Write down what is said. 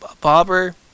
bobber